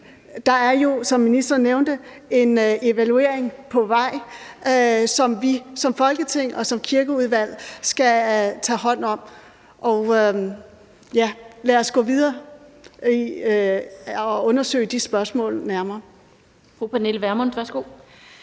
der er jo, som ministeren nævnte, en evaluering på vej, som vi som Folketing og som Kirkeudvalg skal tage hånd om. Lad os gå videre og undersøge de spørgsmål nærmere. Kl. 13:00 Den fg.